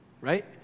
right